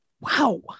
Wow